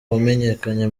wamenyekanye